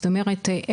זאת אומרת,